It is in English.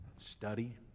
study